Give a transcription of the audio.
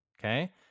okay